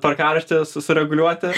tvarkaraštį sureguliuoti